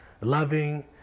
loving